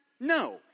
No